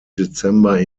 dezember